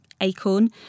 ACORN